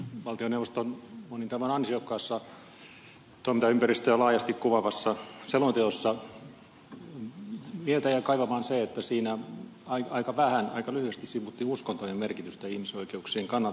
valtioneuvoston monin tavoin ansiokkaassa toimintaympäristöä laajasti kuvaavassa selonteossa mieltä jäi kaivamaan se että siinä aika vähän aika lyhyesti sivuttiin uskontojen merkitystä ihmisoikeuksien kannalta